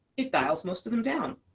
it dials most of them down.